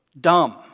dumb